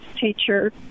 teacher